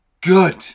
good